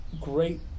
great